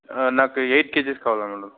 నాకు eight KGs కావాలి madam